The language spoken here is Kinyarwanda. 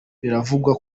biravugwa